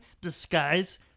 Disguise